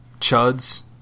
chuds